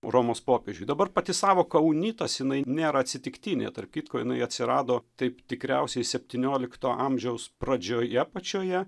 romos popiežiui dabar pati sąvoka unitas jinai nėra atsitiktinė tarp kitko jinai atsirado taip tikriausiai septyniolikto amžiaus pradžioje pačioje